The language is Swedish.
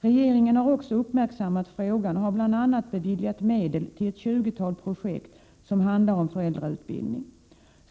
Regeringen har också uppmärksammat frågan och har bl.a. beviljat medel till ett tjugotal projekt som handlar om föräldrautbildning.